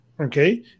okay